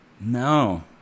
No